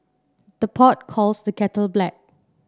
the pot calls the kettle black